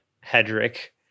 Hedrick